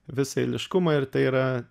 visą eiliškumą ir tai yra